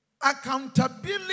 accountability